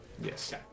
Yes